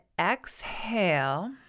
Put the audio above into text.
exhale